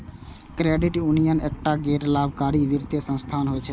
credit union एकटा गैर लाभकारी वित्तीय संस्थान होइ छै